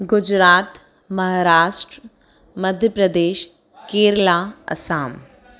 Gujarat Maharashtra Madhya Pradesh Kerala Assam